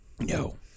No